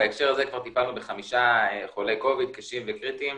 בהקשר הזה כבר טיפלנו בחמישה חולי 19-COVID קשים וקריטיים.